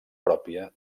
pròpia